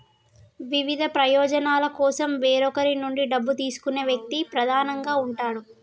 వివిధ ప్రయోజనాల కోసం వేరొకరి నుండి డబ్బు తీసుకునే వ్యక్తి ప్రధానంగా ఉంటాడు